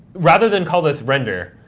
rather than call this render,